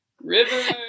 River